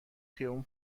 خیابون